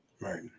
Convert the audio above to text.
right